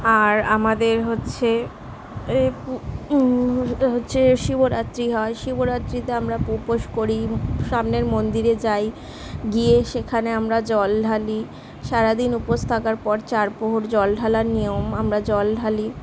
আর আমাদের হচ্ছে পু হচ্ছে শিবরাত্রি হয় শিবরাত্রিতে আমরা পু উপোস করি সামনের মন্দিরে যাই গিয়ে সেখানে আমরা জল ঢালি সারা দিন উপোস থাকার পর চার প্রহর জল ঢালার নিয়ম আমরা জল ঢালি